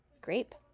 grape